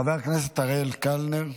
חבר הכנסת אריאל קלנר,